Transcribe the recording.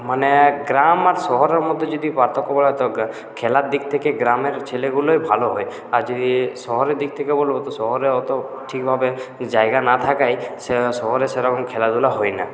মানে গ্রাম আর শহরের মধ্যে যদি পার্থক্য করা হতো খেলার দিক থেকে গ্রামের ছেলেগুলোই ভালো হয় আর যদি শহরের দিক থেকে বলবো তো শহরে অত ঠিকভাবে জায়গা না থাকায় শহরে সেরম খেলাধূলা হয় না